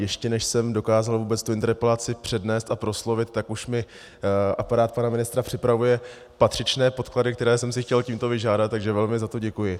Ještě než jsem dokázal vůbec tu interpelaci přednést a proslovit, tak už mi aparát pana ministra připravuje patřičné podklady, které jsem si chtěl tímto vyžádat, takže za to velmi děkuji.